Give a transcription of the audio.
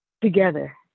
together